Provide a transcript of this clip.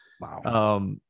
Wow